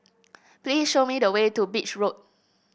please show me the way to Beach Road